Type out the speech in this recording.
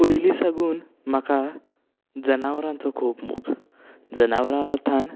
पयली साकून म्हाका जनावरांचो खूब मोग जनावरां अर्थान